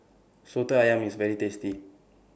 Soto Ayam IS very tasty